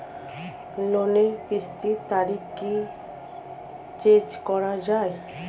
লোনের কিস্তির তারিখ কি চেঞ্জ করা যায়?